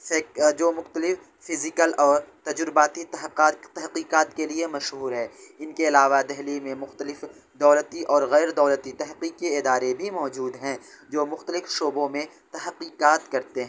سیک جو مختلف فزیکل اور تجرباتی تحقات تحقیقات کے لیے مشہور ہے ان کے علاوہ دہلی میں مختلف دولتی اور غیر دولتی تحقیقی ادارے بھی موجود ہیں جو مختلف شعبوں میں تحقیقات کرتے ہیں